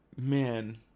Man